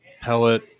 pellet